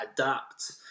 adapt